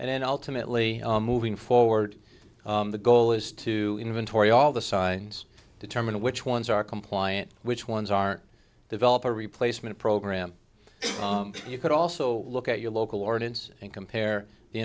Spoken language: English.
ultimately moving forward the goal is to inventory all the signs determine which ones are compliant which ones aren't developer replacement program you could also look at your local ordinance and compare the